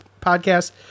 podcast